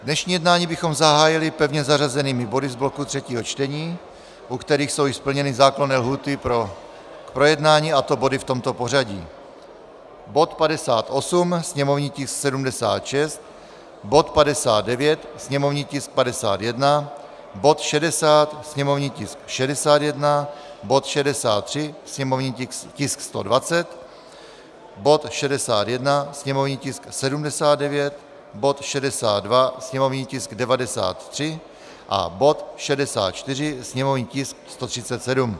Dnešní jednání bychom zahájili pevně zařazenými body z bloku třetího čtení, u kterých jsou již splněny zákonné lhůty pro projednání, a to v body v tomto pořadí: bod 58, sněmovní tisk 76, bod 59, sněmovní tisk 51, bod 60, sněmovní tisk 61, bod 63, sněmovní tisk 120, bod 61, sněmovní tisk 79, bod 62, sněmovní tisk 93, a bod 64, sněmovní tisk 137.